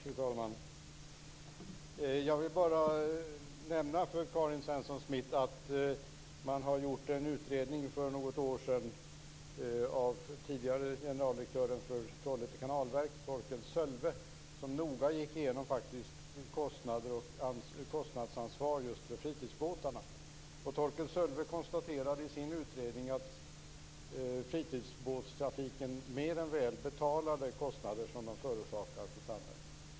Fru talman! Jag vill bara nämna för Karin Svensson Smith att det gjordes en utredning för något år sedan av tidigare generaldirektören för Trollhätte kanalverk, Torkel Sölve, som noga gick igenom kostnadsansvar just för fritidsbåtarna. Torkel Sölve konstaterade i sin utredning att fritidsbåtstrafiken mer än väl betalade kostnader som den förorsakar samhället.